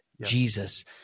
Jesus